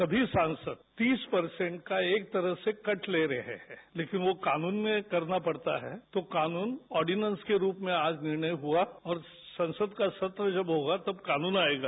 सभी सांसद तीस परसेंट का एक तरह से कट ले रहे हैं लेकिन वह कानून में करना पड़ता है तो कानून ऑर्डिनेंस के रूप में आज निर्णय हुआ और संसद का सत्र जब होगा तब कानून आयेगा